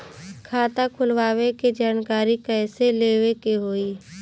खाता खोलवावे के जानकारी कैसे लेवे के होई?